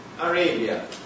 Arabia